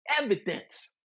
evidence